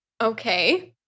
Okay